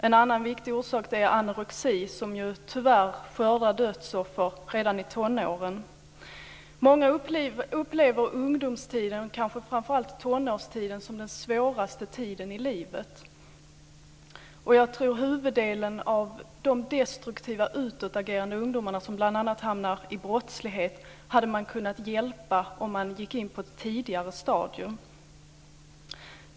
En annan viktig orsak är anorexi som ju tyvärr skördar dödsoffer redan i tonåren. Många upplever ungdomstiden, och kanske framför allt tonårstiden, som den svåraste tiden i livet. Jag tror att man hade kunnat hjälpa huvuddelen av de destruktiva och utåtagerande ungdomar som bl.a. hamnar i brottslighet om man hade gått in på ett tidigare stadium.